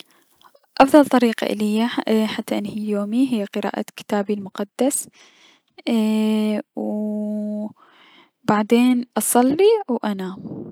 افضل طريقة اليا حتى انه- انهي يومي هي قراءة كتابي المقدس ايي- وو بعدين اصلي و انام.